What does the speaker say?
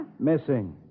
Missing